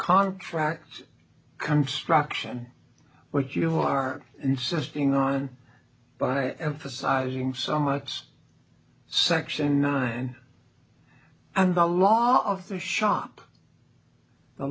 contract come struction what you are insisting on by emphasizing so much as section nine and the law of the shop